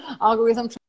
algorithm